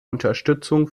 unterstützung